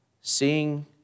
seeing